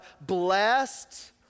Blessed